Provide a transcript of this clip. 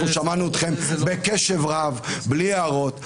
אנחנו שמענו אתכם בקשב רב בלי הערות,